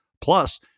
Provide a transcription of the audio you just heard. plus